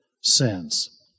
sins